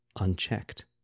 unchecked